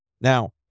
Now